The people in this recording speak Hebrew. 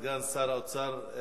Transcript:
סגן שר האוצר,